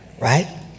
right